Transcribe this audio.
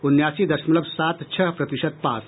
उन्यासी दशमलव सात छह प्रतिशत पास